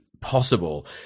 possible